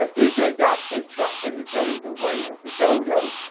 ah dash says traktor is going the way of the dodo.